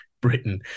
Britain